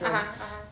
(uh huh) (uh huh)